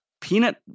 peanut